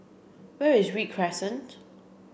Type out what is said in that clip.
where is Read Crescent